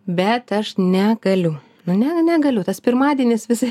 bet aš negaliu nu ne negaliu tas pirmadienis vis